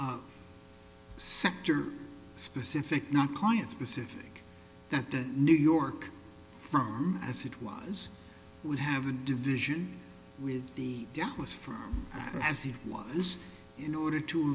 sector specific not clients pacific that the new york firm as it was would have a division with the dallas from as he was noted to